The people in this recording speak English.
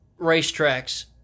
racetracks